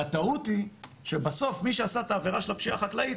והטעות היא שבסוף מי שעשה את העבירה של הפשיעה החקלאית